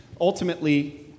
Ultimately